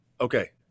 okay